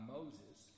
Moses